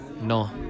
no